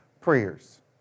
prayers